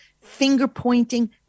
Finger-pointing